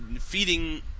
feeding